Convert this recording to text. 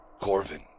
Corvin